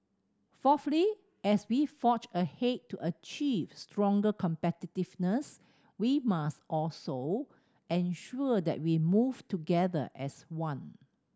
fourthly as we forge ahead to achieve stronger competitiveness we must also ensure that we move together as one